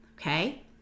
Okay